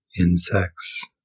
insects